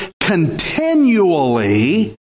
continually